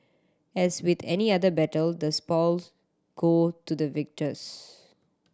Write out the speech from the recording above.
as with any other battle the spoils go to the victors